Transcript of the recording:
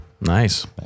Nice